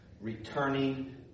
returning